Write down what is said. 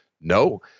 no